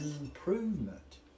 improvement